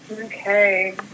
Okay